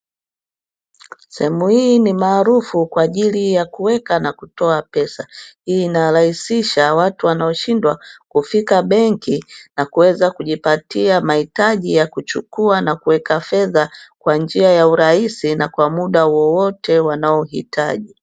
Sehemu hii ni maarufu kwa ajili ya kuweka na kutoa pesa. Inarahisisha watu wanaoshindwa kufika benki na kuweza kujipatia mahitaji ya kuchukua na kuweka fedha kwa njia ya urahisi na kwa muda wowote wanaohitaji.